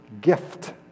gift